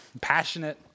Passionate